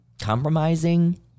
compromising